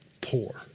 poor